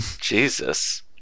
jesus